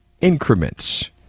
increments